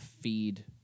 feed